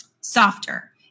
softer